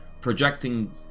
projecting